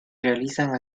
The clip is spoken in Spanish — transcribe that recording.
realizan